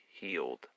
healed